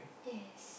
yes